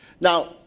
Now